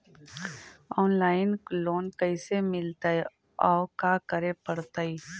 Online loan कैसे मिलतै औ का करे पड़तै?